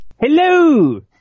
Hello